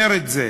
אומר את זה.